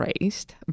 raised